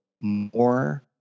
more